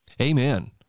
Amen